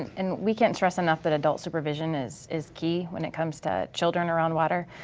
and we can't stress enough that adult supervision is is key when it comes to children around water,